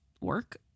work